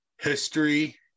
history